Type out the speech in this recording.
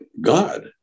God